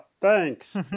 thanks